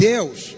Deus